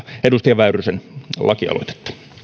edustaja väyrysen lakialoitetta